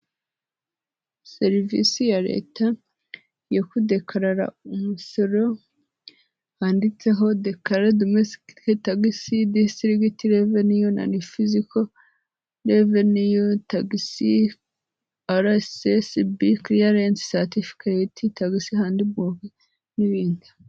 Serivisi ya Leta yo kudekarara umusoro, handitseho dekarara domesitike tagisi, disitirigiti reveniyu, nani fiziko reveniyu, tagisi arasesibi, tagisi handibuke n'ibindi.